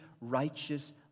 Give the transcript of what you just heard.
righteous